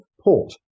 port